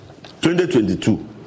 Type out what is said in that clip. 2022